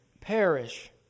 Perish